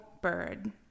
bird